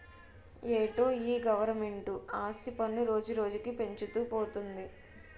ఏటో ఈ గవరమెంటు ఆస్తి పన్ను రోజురోజుకీ పెంచుతూ పోతంది